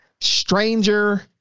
Stranger